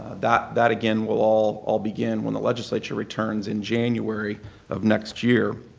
that that again will all all begin when the legislature returns in january of next year.